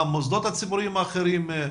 המוסדות הציבוריים האחרים.